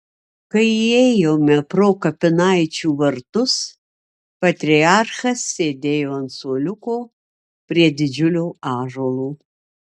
kai įėjome pro kapinaičių vartus patriarchas sėdėjo ant suoliuko prie didžiulio ąžuolo